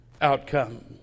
outcome